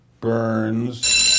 Burns